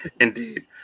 Indeed